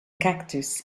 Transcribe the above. cactus